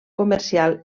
comercial